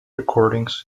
recordings